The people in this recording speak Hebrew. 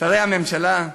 שרי הממשלה,